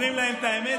אומרים להם את האמת,